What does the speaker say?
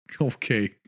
okay